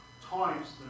times